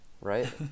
right